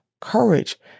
courage